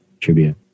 Tribute